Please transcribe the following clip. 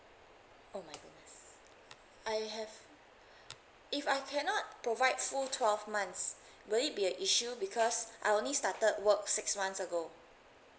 oh my goodness I have if I cannot provide full twelve months will it be a issue because I only started work six months ago